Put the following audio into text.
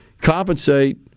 compensate